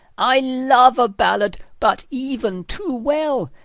i love a ballad but even too well,